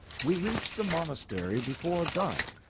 we reached the monastery before dark,